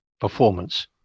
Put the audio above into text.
performance